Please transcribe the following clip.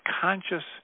conscious